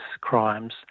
crimes